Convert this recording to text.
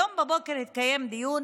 היום בבוקר התקיים דיון